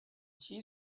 she